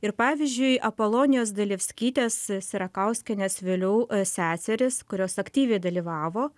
ir pavyzdžiui apolonijos dalevskytės sierakauskienės vėliau seserys kurios aktyviai dalyvavo